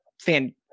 fan